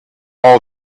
all